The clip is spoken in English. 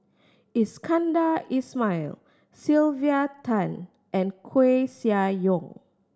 Iskandar Ismail Sylvia Tan and Koeh Sia Yong